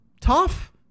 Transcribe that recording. tough